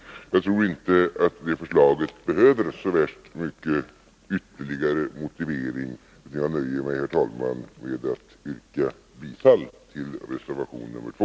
Jag tror inte att förslaget behöver så värst mycken ytterligare motivering. Jag nöjer mig, herr talman, med att yrka bifall till reservation nr 2.